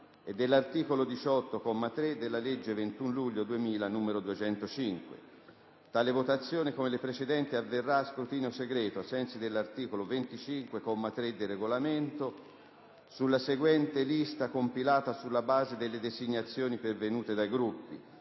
e dell'articolo 18, comma 3, della legge 21 luglio 2000, n. 205. Tale votazione avverrà a scrutinio segreto, ai sensi dell'articolo 25, comma 3, del Regolamento, sulla seguente lista compilata sulla base delle designazioni pervenute dai Gruppi: